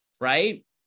right